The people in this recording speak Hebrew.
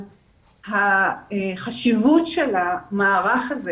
החשיבות של המערך הזה